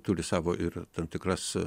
turi savo ir tam tikras